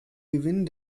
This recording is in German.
gewinn